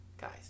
Guys